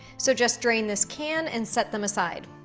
so just drain this can and set them aside.